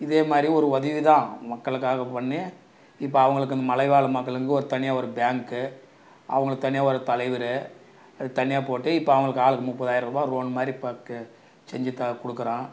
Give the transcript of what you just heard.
இதேமாதிரி ஒரு உதவி தான் மக்களுக்காக பண்ணி இப்போ அவங்களுக்கு இந்த மலைவாழ் மக்களுக்கு ஒரு தனியாக ஒரு பேங்க்கு அவங்களுக்கு தனியாக ஒரு தலைவர் அது தனியாக போட்டு இப்போ அவங்களுக்கு ஆளுக்கு முப்பதாயரரூவா லோன் மாதிரி செஞ்சு தான் கொடுக்குறேன்